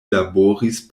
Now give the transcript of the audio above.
laboris